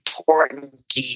important